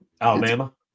Alabama